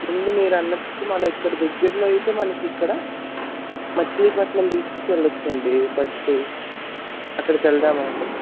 ముందు మీరన్నట్టు మన ఇక్కడ దగ్గరలో అయితే మనకి ఇక్కడ మచిలీపట్నం బీచ్కి వెళ్ళచ్చు అండి ఫస్టు అక్కడకి వెళదామా అండి